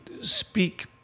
speak